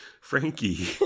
Frankie